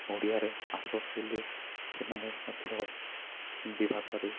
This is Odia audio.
ଓଡ଼ିଆରେ ଆସ କହିଲେ ସେମାନେ ମଧ୍ୟ ହିନ୍ଦୀ ଭାଷାରେ